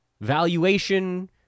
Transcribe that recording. valuation